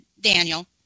Daniel